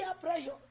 pressure